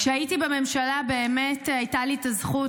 כשהייתי בממשלה באמת הייתה לי הזכות